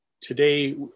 today